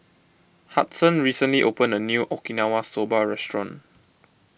Hudson recently opened a New Okinawa Soba Restaurant